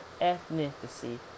ethnicity